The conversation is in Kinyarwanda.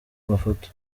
mafoto